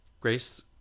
grace